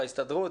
להסתדרות,